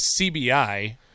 CBI